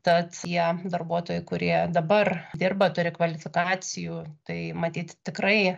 tad tie darbuotojai kurie dabar dirba turi kvalifikacijų tai matyt tikrai